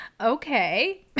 okay